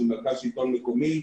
של מרכז השלטון המקומי.